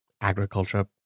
Agriculture